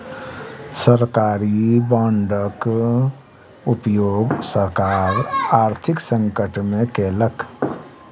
सरकारी बांडक उपयोग सरकार आर्थिक संकट में केलक